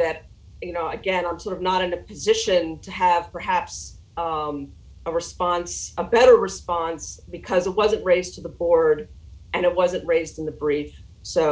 that you know again i'm sort of not in a position to have perhaps a response a better response because it wasn't raised to the board and it wasn't raised in the brief so